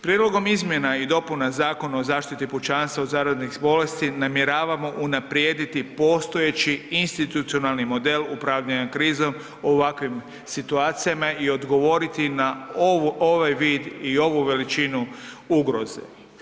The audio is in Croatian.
Prijedlogom izmjena i dopuna Zakona o zaštiti pučanstva od zaraznih bolesti namjeravamo unaprijediti postojeći institucionalni model upravljanja krizom u ovakvim situacijama i odgovoriti na ovaj vid i ovu veličinu ugroze.